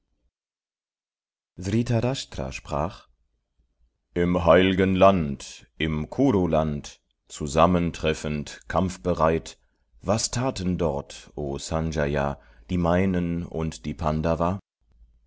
sprach im heilgen land im kuru land zusammentreffend kampfbereit was taten dort o sanjaya die meinen und die